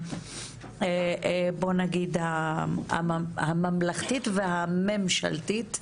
בואו נגיד הממלכתית והממשלתית,